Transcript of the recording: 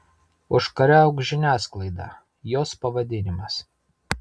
užkariauk žiniasklaidą jos pavadinimas